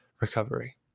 recovery